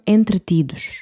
Entretidos